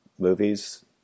movies